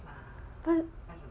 hmm